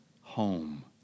home